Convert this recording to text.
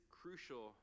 crucial